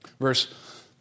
Verse